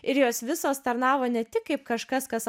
ir jos visos tarnavo ne tik kaip kažkas kas